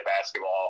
basketball